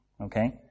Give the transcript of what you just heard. Okay